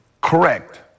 Correct